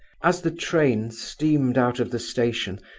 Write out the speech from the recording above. as the train steamed out of the station,